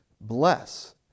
bless